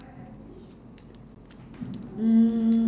mm